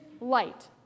light